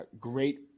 Great